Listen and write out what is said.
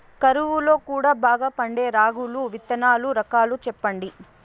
కరువు లో కూడా బాగా పండే రాగులు విత్తనాలు రకాలు చెప్పండి?